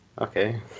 Okay